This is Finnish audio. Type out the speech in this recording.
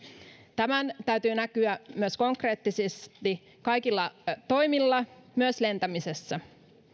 tämän täytyy näkyä myös konkreettisesti kaikilla toimilla myös lentämisessä